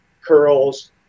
curls